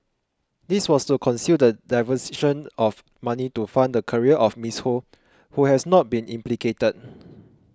this was to conceal the diversion of money to fund the career of Miss Ho who has not been implicated